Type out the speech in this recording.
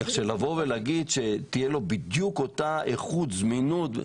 אי אפשר לבוא ולומר שתהיה לו בדיוק אותה איכות זמינות.